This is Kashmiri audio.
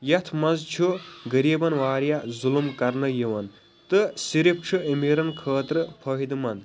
یَتھ منٛز چھُ غریٖبن وارِیاہ ظلم کرنہٕ یِوان تہٕ صِرف چھُ امیٖرن خٲطرٕ فیدٕ منٛد